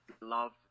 love